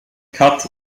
cut